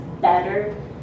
better